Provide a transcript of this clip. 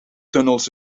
tunnels